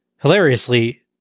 Hilariously